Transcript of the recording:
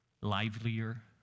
livelier